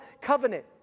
covenant